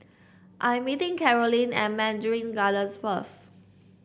I'm meeting Carolyn at Mandarin Gardens first